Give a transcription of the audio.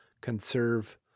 conserve